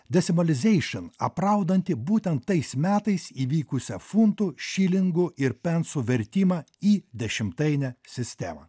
desimaližeison apraudanti būtent tais metais įvykusią funtų šilingų ir pensų vertimą į dešimtainę sistemą